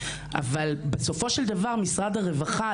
אבל בסופו של דבר משרד הרווחה,